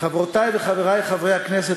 חברותי וחברי חברי הכנסת,